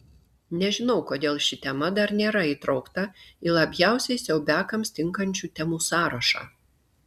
nežinau kodėl ši tema dar nėra įtraukta į labiausiai siaubiakams tinkančių temų sąrašą